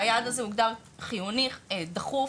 והיעד הזה הוגדר חיוני, דחוף.